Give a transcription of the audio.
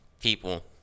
people